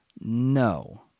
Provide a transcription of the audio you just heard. No